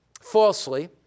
falsely